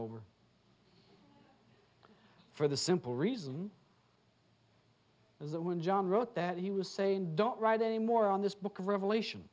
over for the simple reason is that when john wrote that he was saying don't write any more on this book of revelation